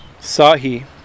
Sahi